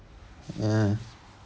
ah